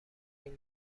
این